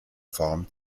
form